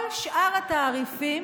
כל שאר התעריפים,